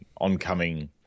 oncoming